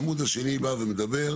העמוד השני בא ומדבר